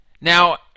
Now